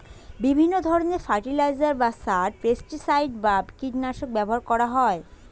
বিভিন্ন ধরণের ফার্টিলাইজার বা সার, পেস্টিসাইড বা কীটনাশক ব্যবহার করা হয়